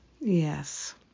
Yes